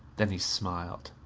then he smiled.